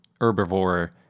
herbivore